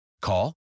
Call